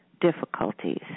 difficulties